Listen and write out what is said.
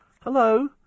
Hello